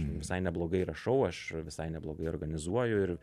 visai neblogai yra šou aš visai neblogai organizuoju ir